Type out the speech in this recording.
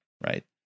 right